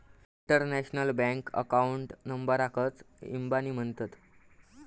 international bank account नंबराकच इबानी म्हणतत